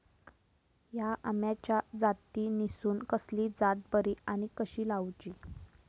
हया आम्याच्या जातीनिसून कसली जात बरी आनी कशी लाऊची?